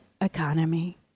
economy